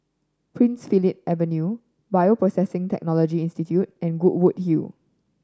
Prince Philip Avenue Bioprocessing Technology Institute and Goodwood Hill